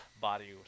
body